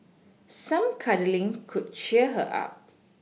some cuddling could cheer her up